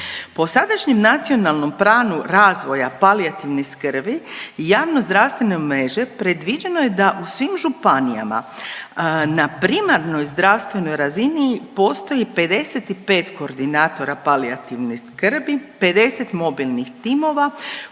Po sadašnjem Nacionalnom planu razvoja palijativne skrbi i javno zdravstvene mreže predviđeno je da u svim županijama na primarnoj zdravstvenoj razini postoji 55 koordinatora palijativne skrbi, 50 mobilnih timova